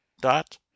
Dot